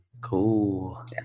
Cool